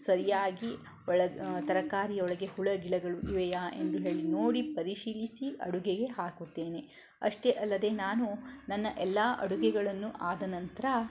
ಸರಿಯಾಗಿ ಬಳ ತರಕಾರಿಯೊಳಗೆ ಹುಳ ಗಿಳಗಳು ಇವೆಯಾ ಎಂದು ಹೇಳಿ ನೋಡಿ ಪರಿಶೀಲಿಸಿ ಅಡುಗೆಗೆ ಹಾಕುತ್ತೇನೆ ಅಷ್ಟೇ ಅಲ್ಲದೆ ನಾನು ನನ್ನ ಎಲ್ಲ ಅಡುಗೆಗಳನ್ನು ಆದನಂತರ